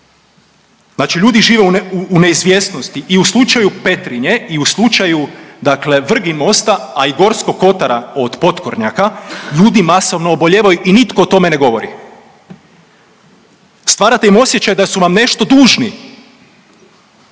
Znači ljudi žive u neizvjesnosti i u slučaju Petrinje i u slučaju Vrginmosta, a i Gorskog kotara od potkornjaka ljudi masovno obolijevaju i nitko o tome ne govori. Stvarate im osjećaj da su vam nešto dužni,